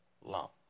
lump